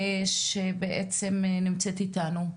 שנמצאת איתנו.